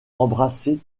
embrasser